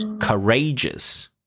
courageous